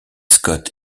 scott